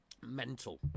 Mental